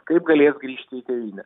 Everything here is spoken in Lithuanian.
kaip galės grįžti į tėvynę